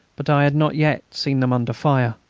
but i had not yet seen them under fire.